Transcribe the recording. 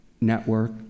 Network